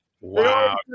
Wow